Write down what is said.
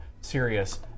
serious